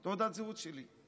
ואת תעודת הזהות שלי.